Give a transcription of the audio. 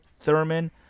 Thurman